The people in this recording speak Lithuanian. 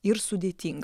ir sudėtinga